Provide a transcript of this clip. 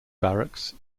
barracks